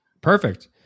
Perfect